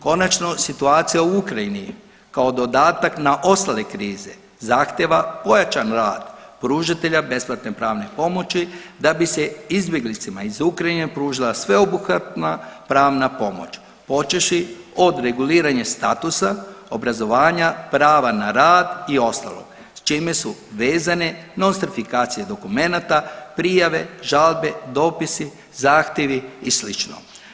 Konačno situacija u Ukrajini kao dodatak na ostale krize zahtijeva pojačan rad pružatelja besplatne pravne pomoći da bi se izbjeglicama iz Ukrajine pružila sveobuhvatna pravna pomoć, počevši od reguliranja statusa, obrazovanja prava na rad i ostalog s čime su vezane nostrifikacije dokumenata, prijave, žalbe, dopisi, zahtjevi i sl.